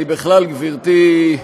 אני בכלל, גברתי,